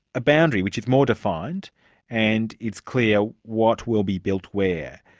a boundary which is more defined and it's clear what will be built where.